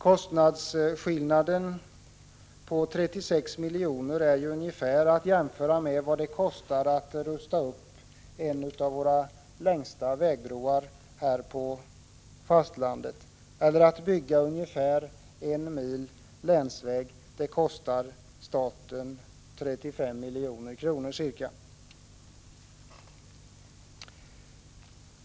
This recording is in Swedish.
Kostnadsskillnaden på 36 milj.kr. är att jämföra med vad det ungefär kostar att rusta upp en av våra längsta vägbroar på fastlandet eller att bygga ungefär en mil länsväg, vilket kostar staten ca 35 milj.kr.